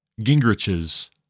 Gingrich's